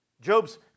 Job's